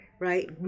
right